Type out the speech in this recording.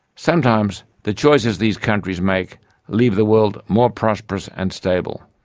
sometimes the choices these countries make leave the world more prosperous and stable,